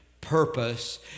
purpose